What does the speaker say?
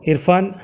Irfan